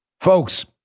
Folks